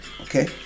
Okay